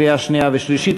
לקריאה שנייה ושלישית,